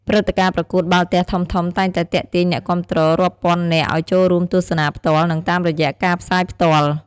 ព្រឹត្តិការណ៍ប្រកួតបាល់ទះធំៗតែងតែទាក់ទាញអ្នកគាំទ្ររាប់ពាន់នាក់ឲ្យចូលរួមទស្សនាផ្ទាល់ និងតាមរយៈការផ្សាយផ្ទាល់។